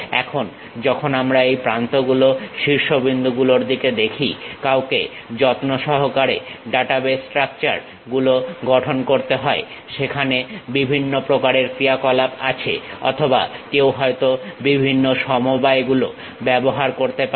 এখন যখন আমরা এই প্রান্ত গুলো শীর্ষবিন্দু গুলোর দিকে দেখি কাউকে যত্ন সহকারে ডাটাবেস স্ট্রাকচার গুলো গঠন করতে হয় সেখানে বিভিন্ন প্রকারের ক্রিয়া কলাপ আছে অথবা কেউ হয়তো বিভিন্ন সমবায় গুলো ব্যবহার করতে পারে